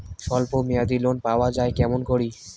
স্বল্প মেয়াদি লোন পাওয়া যায় কেমন করি?